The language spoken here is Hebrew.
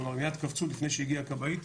כלומר מיד קפצו לפני שהגיעה כבאית,